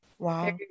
Wow